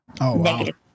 negative